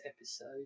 episode